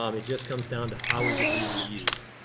um it just comes down to how is it being used.